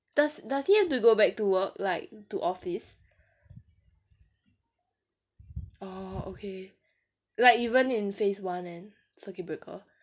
does does he have to go back to work like to office orh okay like even in phase one and circuit breaker